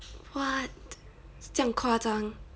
what 这样夸张